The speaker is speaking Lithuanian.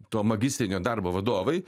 to magistrinio darbo vadovai